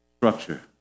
structure